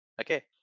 okay